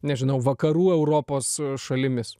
nežinau vakarų europos šalimis